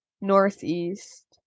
Northeast